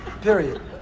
Period